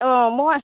মই